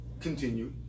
continue